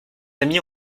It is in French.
amis